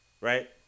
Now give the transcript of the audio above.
right